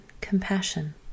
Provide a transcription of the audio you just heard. compassion